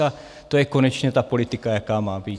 A to je konečně ta politika, jaká má být.